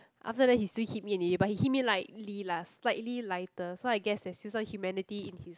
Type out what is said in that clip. after that he still hit me in the ear but he hit me lightly lah slightly lighter so I guess there's still some humanity in his